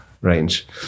range